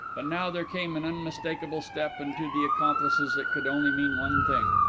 but now there came an unmistakable step and to the accomplices it could only mean one thing.